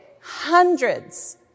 hundreds